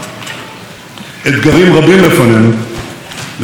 אתגרים רבים לפנינו וגם הזדמנויות רבות,